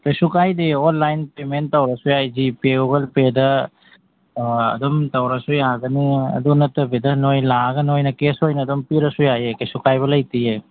ꯀꯩꯁꯨ ꯀꯥꯏꯗꯦ online payment ꯇꯧꯔꯁꯨ ꯌꯥꯏ ꯖꯤ ꯄꯦ ꯒꯨꯒꯜ ꯄꯦꯗ ꯑꯗꯨꯝ ꯇꯧꯔꯁꯨ ꯌꯥꯒꯅꯤ ꯑꯗꯨ ꯅꯠꯇꯕꯤꯗ ꯅꯣꯏ ꯂꯥꯛꯑꯒ ꯅꯣꯏꯅ ꯀꯦꯁ ꯑꯣꯏꯅ ꯑꯗꯨꯝ ꯄꯤꯔꯁꯨ ꯌꯥꯏꯌꯦ ꯀꯩꯁꯨ ꯀꯥꯏꯕ ꯂꯩꯇꯤꯌꯦ